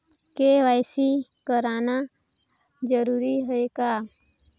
KYC कराना जरूरी है का?